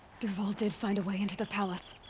dervahl did find a way into the palace!